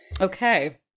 Okay